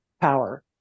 power